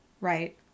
right